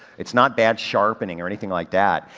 it's not bad sharpening or anything like that,